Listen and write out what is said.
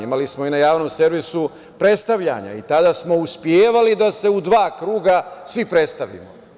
Imali smo na javnom servisu predstavljanja i tada smo uspevali da se u dva kruga svi predstavimo.